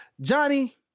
Johnny